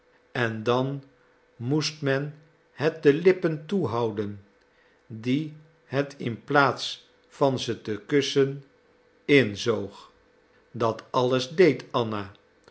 en dan moest men het de lippen toehouden die het in plaats van ze te kussen inzoog dat alles deed anna